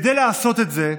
כדי לעשות את זה,